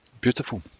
Beautiful